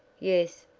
yes.